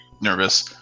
nervous